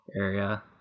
area